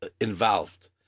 involved